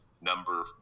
Number